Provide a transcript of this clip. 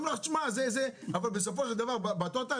אבל בסופו של דבר בטוטאל